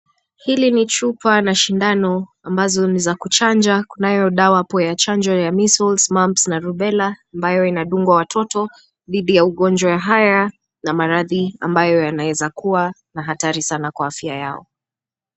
Hili ni chupa la sindano ambazo ni za kuchanja, kunayo dawa hapo ya chanjo ya Measles, Mumps na Rubella ambayo inadungwa watoto dhidi ya ugonjwa haya na maradhi ambayo yanaweza kuwa ya hatari sana kwa afya yao.